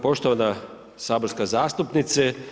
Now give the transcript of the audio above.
Poštovana saborska zastupnice.